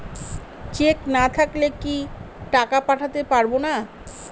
Check না থাকলে কি টাকা পাঠাতে পারবো না?